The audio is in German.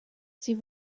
sie